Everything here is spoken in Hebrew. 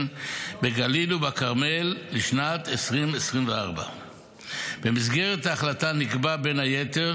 בגליל ובכרמל לשנת 2024". במסגרת ההחלטה נקבע בין היתר